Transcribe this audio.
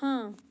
ਹਾਂ